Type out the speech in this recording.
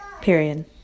period